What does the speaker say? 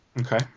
Okay